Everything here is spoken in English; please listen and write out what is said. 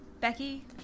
Becky